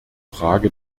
frage